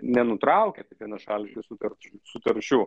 nenutraukia taip vienašališkai sutarčių sutarčių